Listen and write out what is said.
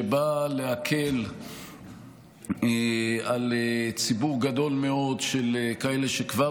שבא להקל על ציבור גדול מאוד של כאלה שכבר